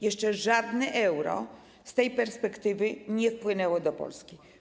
Jeszcze żadne euro z tej perspektywy nie wpłynęło do Polski.